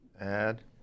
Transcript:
add